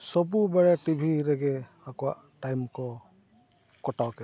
ᱥᱚᱵᱚ ᱵᱮᱲᱟ ᱴᱤᱵᱷᱤ ᱨᱮᱜᱮ ᱟᱠᱚᱣᱟᱜ ᱴᱟᱭᱤᱢ ᱠᱚ ᱠᱟᱴᱟᱣ ᱠᱮᱫᱟ